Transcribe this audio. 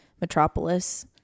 metropolis